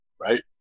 right